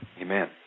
Amen